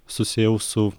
susiėjau su